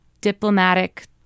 diplomatic